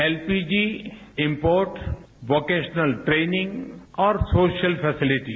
LPG import vocational training और social facility